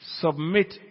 submit